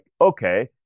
okay